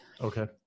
okay